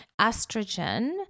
estrogen